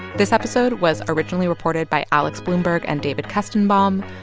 this episode was originally reported by alex blumberg and david kestenbaum.